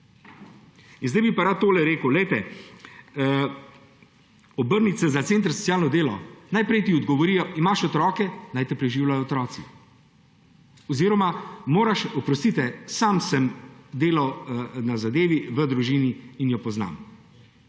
In zdaj bi pa rad tole rekel, obrniti se na center za socialno delo. Najprej ti odgovorijo: imaš otroke – naj te preživljajo otroci. Oprostite, sam sem delal na zadevi v družini in jo poznam,